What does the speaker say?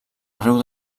arreu